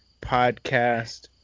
podcast